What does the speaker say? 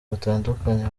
batandukanye